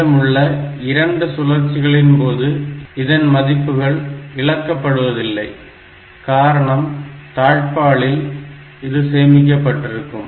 மீதமுள்ள 2 சுழற்சிகளின் போது இதன் மதிப்புகள் இழக்கப்படுவதில்லை காரணம் தாழ்பாளில் இது சேமிக்கப்பட்டிருக்கும்